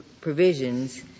provisions